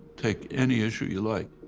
take any issue you like,